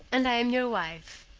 and i am your wife.